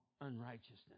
unrighteousness